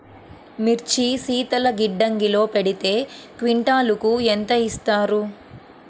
మిర్చి శీతల గిడ్డంగిలో పెడితే క్వింటాలుకు ఎంత ఇస్తారు?